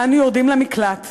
ואנו יורדים למקלט.